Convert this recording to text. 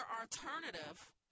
alternative